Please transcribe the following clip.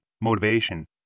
motivation